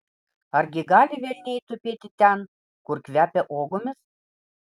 argi gali velniai tupėti ten kur kvepia uogomis